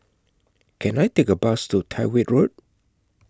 Can I Take A Bus to Tyrwhitt Road